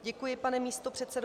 Děkuji, pane místopředsedo.